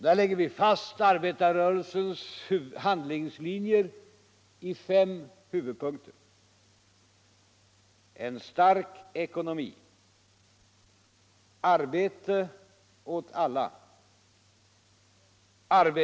Där lägger vi fast arbetarrörelsens handlingslinje i fem huvudpunkter: En stark ekonomi.